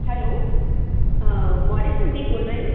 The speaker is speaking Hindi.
हेलो मोर्य संदीप बोल रहें हैं